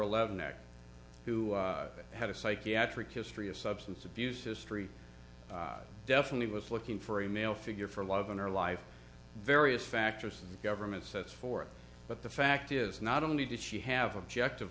eleven next who had a psychiatric history of substance abuse history definitely was looking for a male figure for love in her life various factors in the government sets forth but the fact is not only did she have objective